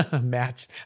Matt's